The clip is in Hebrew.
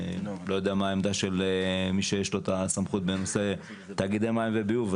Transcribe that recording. אני לא יודע מה העמדה של מי שיש לו את הסמכות בנושא תאגידי מים וביוב.